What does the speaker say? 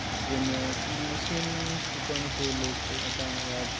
दुसरें म्हळ्यार तें मशीन चुकोन अशे लोक आतां ह्या